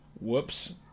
Whoops